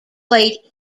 played